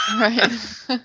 Right